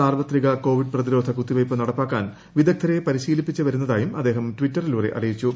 സാർവത്രിക കോവിഡ് പ്രതിരോധ കുത്തിവയ്പ്പ് നടപ്പാക്കാൻ വിദഗ്ധരെ പരിശീലിപ്പിച്ചു വരുന്നതായും അദ്ദേഹം ട്വീറ്റിലൂടെ അറിയിച്ചു